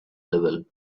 level